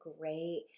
great